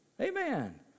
Amen